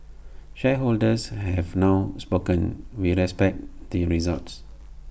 shareholders have now spoken we respect the result